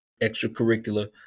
extracurricular